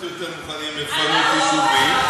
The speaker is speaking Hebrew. קצת יותר מוכנים לפנות יישובים,